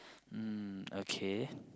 mm okay